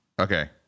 Okay